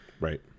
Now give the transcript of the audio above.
Right